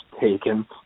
taken